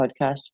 podcast